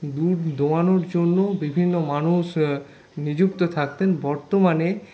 দুধ দোয়ানোর জন্য বিভিন্ন মানুষ নিযুক্ত থাকতেন বর্তমানে